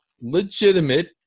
Legitimate